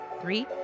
three